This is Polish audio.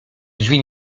drzwi